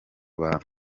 bantu